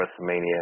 WrestleMania